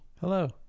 Hello